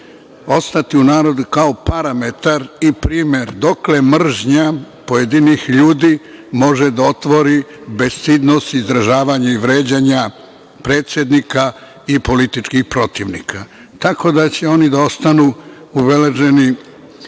ostati u narodu kao parametar i primer dokle mržnja pojedinih ljudi može da otvori bestidnost izražavanja i vređanja predsednika i političkih protivnika. Tako da će oni da ostanu obeleženi